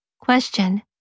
Question